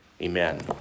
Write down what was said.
Amen